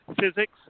physics